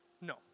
No